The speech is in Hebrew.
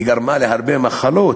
וגרמה להרבה מחלות,